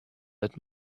that